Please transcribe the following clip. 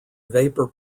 vapor